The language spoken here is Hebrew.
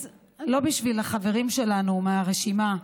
אז לא בשביל החברים שלנו מהרשימה,